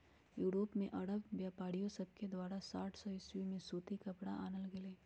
Europe में अरब व्यापारिय सभके द्वारा आठ सौ ईसवी में सूती कपरा आनल गेलइ